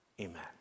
Amen